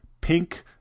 Pink